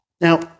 Now